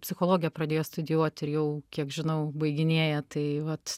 psichologiją pradėjo studijuoti ir jau kiek žinau baiginėja tai vat